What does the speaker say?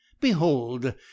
behold